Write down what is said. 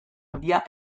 handia